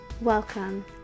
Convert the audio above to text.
Welcome